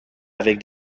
avec